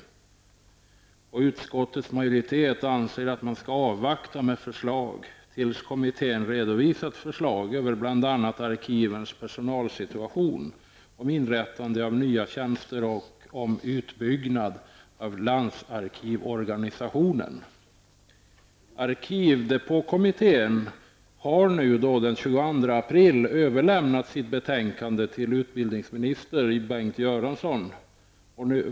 Utskottets majoritet anser att man skall avvakta med förslag tills kommittén har redovisat förslag som bl.a. rör arkivens personalsituation, förslag om inrättande av nya tjänster och om utbyggnad av landsarkivorganisationen. Arkivdepåkommittén har den 22 april överlämnat sitt betänkande till utbildningsminister Bengt Göransson.